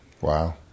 Wow